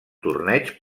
torneig